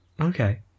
Okay